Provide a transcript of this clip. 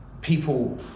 people